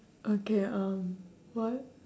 okay um what